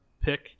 pick